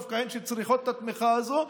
שדווקא הן שצריכות את התמיכה הזאת.